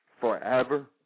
forever